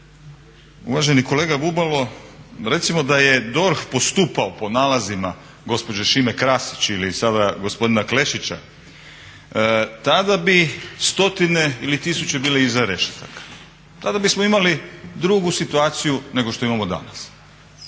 Uvaženi kolega Bubalo, recimo da je DORH postupao po nalazima gospođe Šime Krasić ili sada gospodina Klešića tada bi stotine ili tisuće bile iza rešetaka, tada bismo imali drugu situaciju nego što imamo danas,